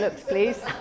please